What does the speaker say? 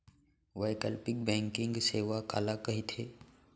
वैकल्पिक बैंकिंग सेवा काला कहिथे?